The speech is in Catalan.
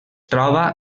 troba